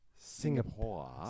Singapore